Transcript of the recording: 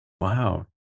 Wow